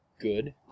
good